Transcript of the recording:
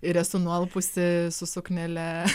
ir esu nualpusi su suknele